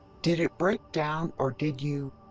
did it break down, or did you.